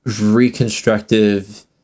reconstructive